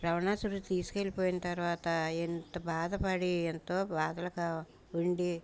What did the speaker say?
రావణాసురుడు తీసుకెళ్ళిపోయిన తర్వాత ఎంత బాధపడి ఎంతో బాధలుగా ఉండి